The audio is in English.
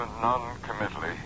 non-committally